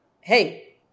Hey